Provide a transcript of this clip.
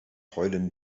heulen